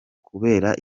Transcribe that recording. kubera